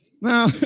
Now